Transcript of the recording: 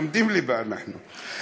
לומדים ליבה, אנחנו.